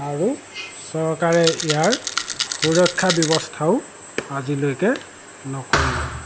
আৰু চৰকাৰে ইয়াৰ সুৰক্ষা ব্যৱস্থাও আজিলৈকে নকৰিলে